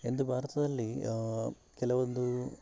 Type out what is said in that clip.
ಇಂದು ಭಾರತದಲ್ಲಿ ಕೆಲವೊಂದು